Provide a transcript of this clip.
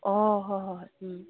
ꯑꯣ ꯍꯣꯏ ꯍꯣꯏ ꯍꯣꯏ ꯎꯝ